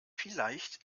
vielleicht